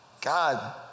God